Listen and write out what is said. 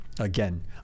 Again